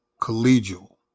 collegial